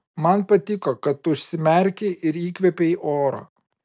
man patiko kad tu užsimerkei ir įkvėpei oro